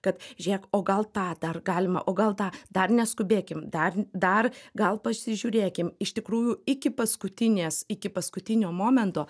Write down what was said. kad žiūrėk o gal tą dar galima o gal tą dar neskubėkim dar dar gal pasižiūrėkim iš tikrųjų iki paskutinės iki paskutinio momento